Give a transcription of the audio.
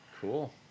cool